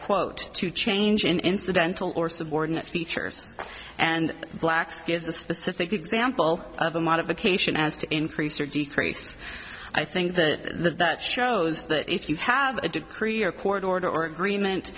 quote to change in incidental or subordinate features and black's gives a specific example of a modification as to increase or decrease i think that that shows that if you have a good career court order or agreement